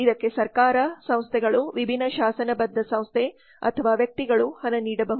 ಇದಕ್ಕೆ ಸರ್ಕಾರ ಸಂಸ್ಥೆಗಳು ವಿಭಿನ್ನ ಶಾಸನಬದ್ಧ ಸಂಸ್ಥೆ ಅಥವಾ ವ್ಯಕ್ತಿಗಳು ಹಣ ನೀಡಬಹುದು